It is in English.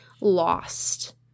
lost